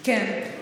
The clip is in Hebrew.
כן.